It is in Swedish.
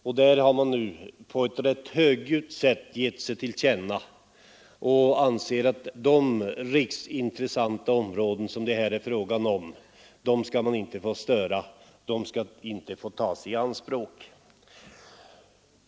De har givit sig till känna på ett ganska högljutt sätt. Man anser att de riksintressanta områden som det här är fråga om inte skall få störas eller tas i anspråk.